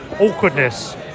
awkwardness